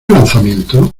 lanzamiento